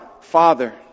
Father